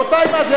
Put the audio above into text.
רבותי, מה זה?